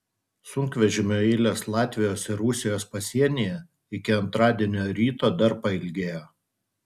sunkvežimių eilės latvijos ir rusijos pasienyje iki antradienio ryto dar pailgėjo